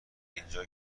اینجا